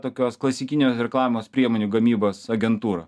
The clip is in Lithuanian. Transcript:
tokios klasikinių reklamos priemonių gamybos agentūra